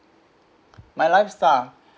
my lifestyle